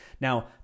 now